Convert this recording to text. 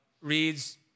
reads